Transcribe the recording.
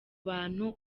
bantu